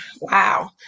Wow